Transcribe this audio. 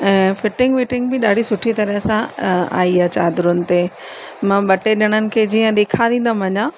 ऐं फिटिंग विटिंग बि ॾाढी सुठी तरह सां अ आई आहे चादरुनि ते मां ॿ टे जणनि खे जीअं ॾेखारिंदमि अञा